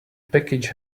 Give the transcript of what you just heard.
package